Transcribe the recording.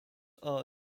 are